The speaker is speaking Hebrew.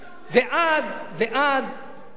מה שקורה כאן זה משהו אחר לחלוטין.